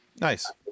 nice